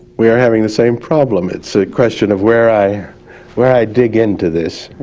we are having the same problem. it's a question of where i where i dig into this.